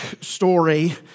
story